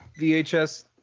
VHS